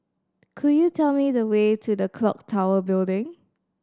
could you tell me the way to Clock Tower Building